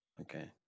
Okay